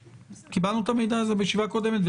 קיבלנו את המידע הזה בישיבה הקודמת.